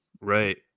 Right